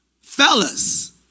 Fellas